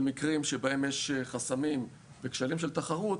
במקרים שבהם יש חסמים וכשלים של תחרות,